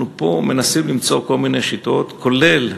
אנחנו פה מנסים למצוא כל מיני שיטות, כולל